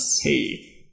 Hey